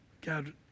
God